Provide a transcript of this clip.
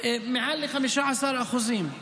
מעל ל-15%;